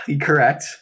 Correct